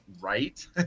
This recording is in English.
right